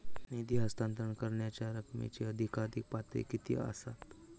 निधी हस्तांतरण करण्यांच्या रकमेची अधिकाधिक पातळी किती असात?